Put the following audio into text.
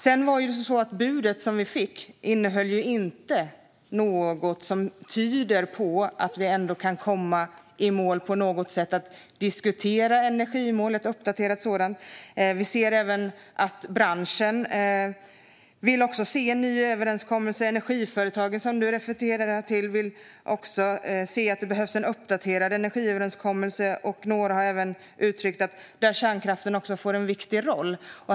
Det bud Kristdemokraterna fick innehöll inte något som tyder på att det ändå går att komma i mål, att diskutera och uppdatera ett energimål. Branschen vill också se en ny överenskommelse. Energiföretagen som Rickard Nordin refererar till vill se en uppdaterad energiöverenskommelse. Några har även uttryckt att de vill se att kärnkraften får en viktig roll.